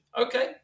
Okay